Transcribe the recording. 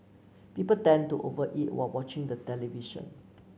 people tend to over eat while watching the television